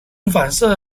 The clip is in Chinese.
反射